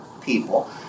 people